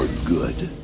good